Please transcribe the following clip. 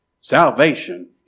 Salvation